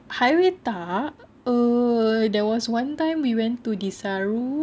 highway tak err there was one time we went to desaru